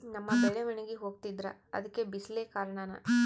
ನಮ್ಮ ಬೆಳೆ ಒಣಗಿ ಹೋಗ್ತಿದ್ರ ಅದ್ಕೆ ಬಿಸಿಲೆ ಕಾರಣನ?